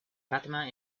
fatima